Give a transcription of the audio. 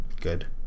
good